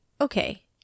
Okay